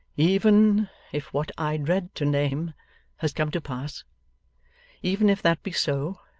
even if what i dread to name has come to pass even if that be so,